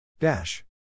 Dash